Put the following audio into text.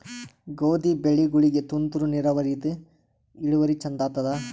ಗೋಧಿ ಬೆಳಿಗೋಳಿಗಿ ತುಂತೂರು ನಿರಾವರಿಯಿಂದ ಇಳುವರಿ ಚಂದ ಆತ್ತಾದ?